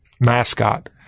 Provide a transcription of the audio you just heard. mascot